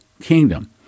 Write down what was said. kingdom